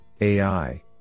AI